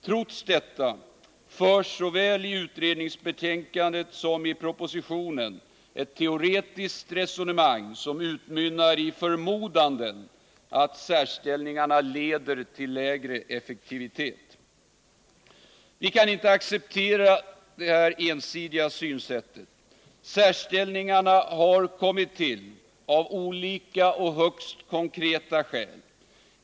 Trots detta förs såväl i utredningsbetänkandet som i propositionen ett teoretiskt resonemang som utmynnar i förmodanden att särställningarna leder till lägre effektivitet. Vi kan inte acceptera detta ensidiga synsätt. Särställningarna har nämligen kommit till av olika, högst konkreta skäl.